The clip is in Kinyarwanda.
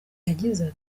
yagize